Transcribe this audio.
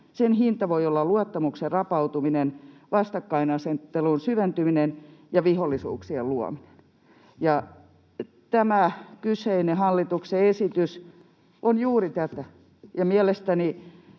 Sen hinta voi olla luottamuksen rapautuminen, vastakkainasettelun syventyminen ja vihollisuuksien luominen.” Tämä kyseinen hallituksen esitys on juuri tätä, ja mielestäni